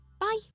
Bye